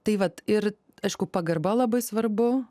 tai vat ir aišku pagarba labai svarbu